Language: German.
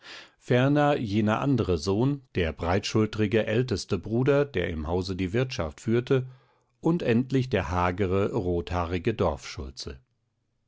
ferner jener andere sohn der breitschultrige älteste bruder der im hause die wirtschaft führte und endlich der hagere rothaarige